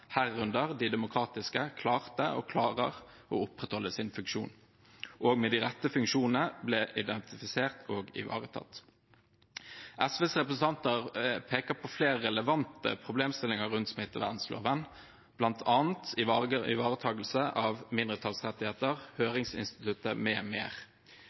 herunder de demokratiske, klarte og klarer å opprettholde sin funksjon, og om de rette funksjonene ble identifisert og ivaretatt. SVs representanter peker på flere relevante problemstillinger ved smittevernloven, bl.a. ivaretakelse av mindretallsrettigheter,